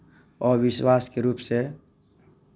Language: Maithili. अविश्वासके रूपसँ